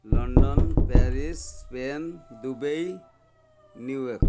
London Paris Spain Dubai New York